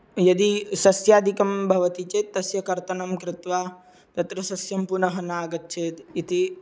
यदि सस्यादिकं भवति चेत् तस्य कर्तनं कृत्वा तत्र सस्यं पुनः नागच्छेद् इति